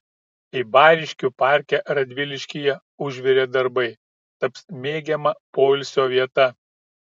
eibariškių parke radviliškyje užvirė darbai taps mėgiama poilsio vieta